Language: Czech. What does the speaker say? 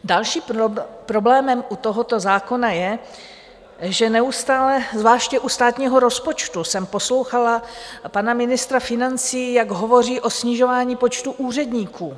Dalším problémem u tohoto zákona je, že neustále, zvláště u státního rozpočtu jsem poslouchala pana ministra financí, jak hovoří o snižování počtu úředníků.